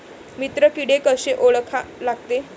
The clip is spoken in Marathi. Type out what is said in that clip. मित्र किडे कशे ओळखा लागते?